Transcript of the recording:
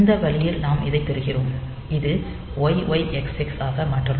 இந்த வழியில் நாம் இதைப் பெறுகிறோம் இது YYXX ஆக மாற்றப்படும்